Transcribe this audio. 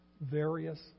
Various